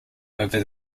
over